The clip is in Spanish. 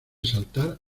saltar